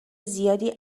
زیادی